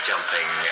jumping